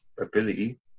ability